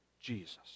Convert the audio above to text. Jesus